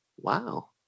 wow